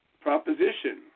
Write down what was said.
proposition